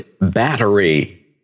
battery